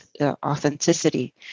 authenticity